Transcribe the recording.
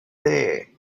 there